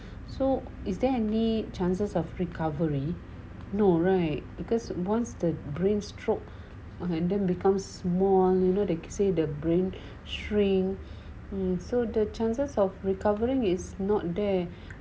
so is there any chances of recovery no right because once the brain stroke and then becomes more you know they say the brain shrink so the chances of recovering is not there